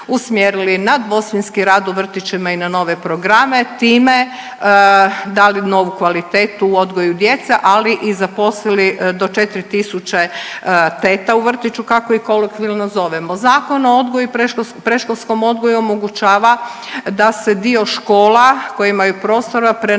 usmjerili na dvosmjenski rad u vrtićima i na nove programe, time dali novu kvalitetu u odgoju djece, ali i zaposlili do 4 tisuće teta u vrtiću kako ih kolokvijalno zovemo. Zakon o odgoju i predškolskom odgoju omogućava da se dio škola koje imaju prostora prenamijene